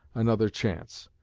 another chance.